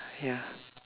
ya